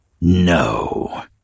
No